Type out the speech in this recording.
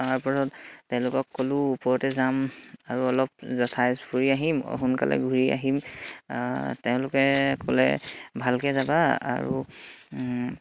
তাৰ পাছত তেওঁলোকক ক'লো ওপৰতে যাম আৰু অলপ ঠাই ফুৰি আহিম সোনকালে ঘূৰি আহিম তেওঁলোকে ক'লে ভালকে যাবা আৰু